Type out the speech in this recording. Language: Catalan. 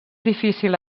difícil